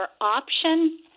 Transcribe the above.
option